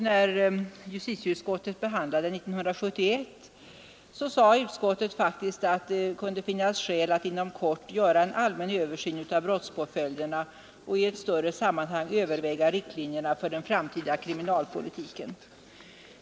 När justitieutskottet behandlade den 1971 skrev utskottet faktiskt att det kunde finnas skäl att inom kort göra en allmän översyn av brottspåföljderna och i ett större sammanhang överväga riktlinjerna för den framtida kriminalpolitiken.